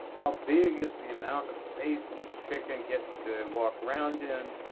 how big is the amount of space each chicken gets to walk around in?